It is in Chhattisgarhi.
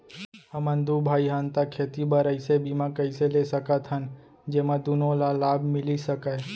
हमन दू भाई हन ता खेती बर ऐसे बीमा कइसे ले सकत हन जेमा दूनो ला लाभ मिलिस सकए?